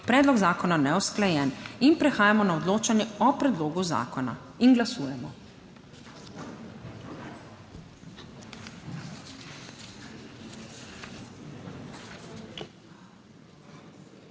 predlog zakona neusklajen. Prehajamo na odločanje o predlogu zakona. Glasujemo.